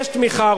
יש תמיכה,